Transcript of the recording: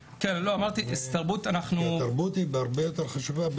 התרבות היא הרבה יותר חשובה,